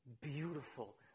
beautiful